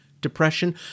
depression